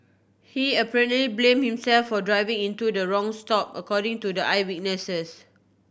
he apparently blame himself for driving into the wrong stop according to the eyewitnesses